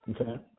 Okay